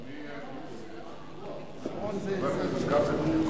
אבל מי הסיר את הפיקוח, חבר הכנסת כבל?